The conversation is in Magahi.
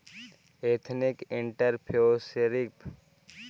एथनिक एंटरप्रेन्योरशिप लगी ऋण बैंक से प्राप्त कैल जा सकऽ हई